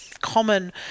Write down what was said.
common